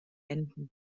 enden